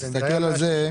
הצבעה לא נתקבלה.